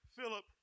Philip